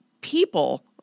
people